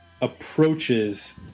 approaches